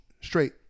straight